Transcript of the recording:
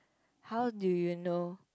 how do you know